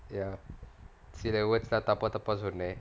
yup say that words நா தப்பா தப்பா சொன்னே:naa thappa thappa sonnae